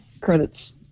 credits